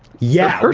yeah.